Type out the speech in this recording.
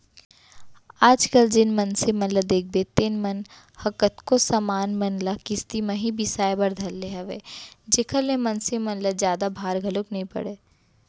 आज कल जेन मनसे मन ल देखबे तेन मन ह कतको समान मन ल किस्ती म ही बिसाय बर धर ले हवय जेखर ले मनसे ल जादा भार घलोक नइ पड़य